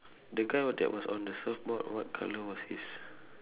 the guy that was on the surfboard what colour was his